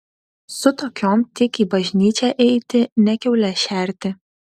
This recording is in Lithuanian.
su tokiom tik į bažnyčią eiti ne kiaules šerti